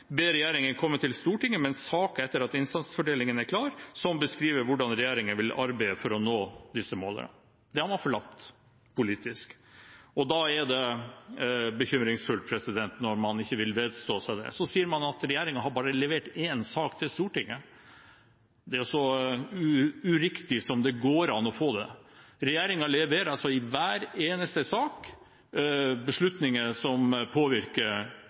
ber «regjeringen komme til Stortinget med en sak etter at innsatsfordelingen er klar, som beskriver hvordan regjeringen vil arbeide for å nå disse målene». Dette har man forlatt politisk. Da er det bekymringsfullt når man ikke vil vedstå seg det. Så sier man at regjeringen har levert bare én sak til Stortinget. Det er så uriktig som det går an å få det. Regjeringen leverer i hver eneste sak beslutninger som påvirker